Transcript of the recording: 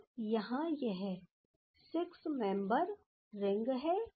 तो यहाँ यह 6 मेंबर रिंग है